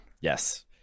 Yes